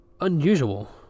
Unusual